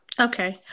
Okay